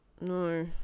no